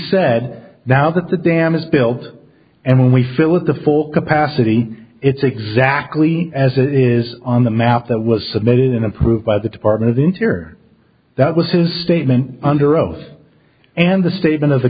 said now that the dam is built and we fill with the full capacity it's exactly as it is on the map that was submitted and approved by the department of interior that was his statement under oath and the statement of the